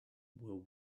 will